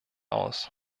aus